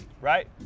right